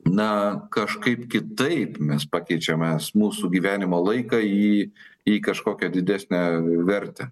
na kažkaip kitaip mes pakeičiame mūsų gyvenimo laiką į į kažkokią didesnę vertę